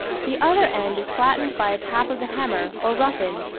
the other end is flattened by a tap of the hammer, or roughened,